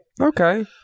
Okay